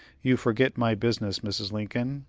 you forget my business, mrs. lincoln.